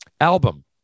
Album